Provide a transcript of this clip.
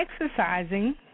exercising